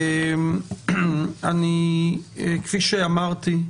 כפי שאמרתי,